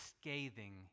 scathing